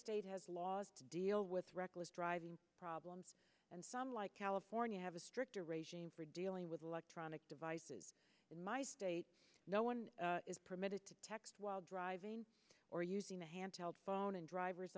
state has laws to deal with reckless driving problems and some like california have a stricter regime for dealing with electronic devices in my state no one is permitted to text while driving or using a hand held phone and drivers